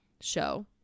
show